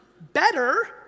better